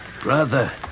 Brother